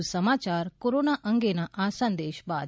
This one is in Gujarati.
વધુ સમાચાર કોરોના અંગેના આ સંદેશ બાદ